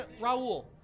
Raul